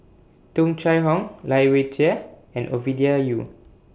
Tung Chye Hong Lai Weijie and Ovidia Yu